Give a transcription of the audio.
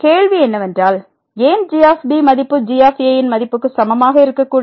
கேள்வி என்னவென்றால் ஏன் g மதிப்புg ன் மதிப்புக்கு சமமாக இருக்கக்கூடாது